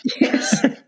Yes